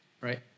right